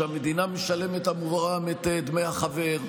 שהמדינה משלמת עבורם את דמי החבר.